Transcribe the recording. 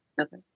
Okay